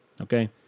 Okay